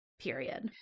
period